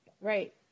Right